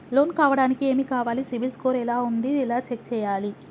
Loan కావడానికి ఏమి కావాలి సిబిల్ స్కోర్ ఎలా ఉంది ఎలా చెక్ చేయాలి?